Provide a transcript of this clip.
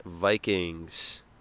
Vikings